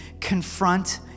confront